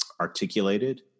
articulated